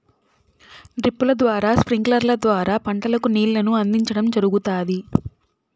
డ్రిప్పుల ద్వారా స్ప్రింక్లర్ల ద్వారా పంటలకు నీళ్ళను అందించడం జరుగుతాది